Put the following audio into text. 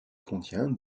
contient